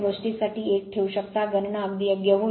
गोष्टींसाठी एक ठेवू शकता गणना अगदी योग्य होईल